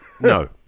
No